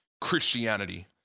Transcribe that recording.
Christianity